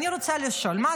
אני רוצה לשאול: מה,